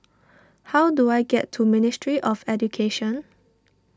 how do I get to Ministry of Education